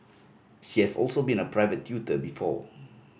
she has also been a private tutor before